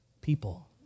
people